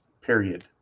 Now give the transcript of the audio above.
Period